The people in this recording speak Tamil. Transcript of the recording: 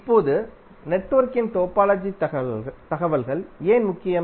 இப்போது நெட்வொர்க்கின் டோபாலஜி தகவல்கள் ஏன் முக்கியம்